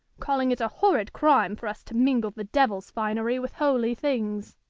calling it a horrid crime for us to mingle the devil's finery with holy things.